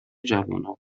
جوونا